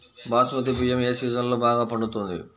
బాస్మతి బియ్యం ఏ సీజన్లో బాగా పండుతుంది?